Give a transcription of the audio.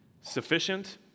sufficient